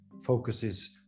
focuses